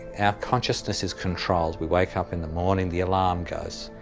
our consciousness is controlled we wake up in the morning the alarm goes,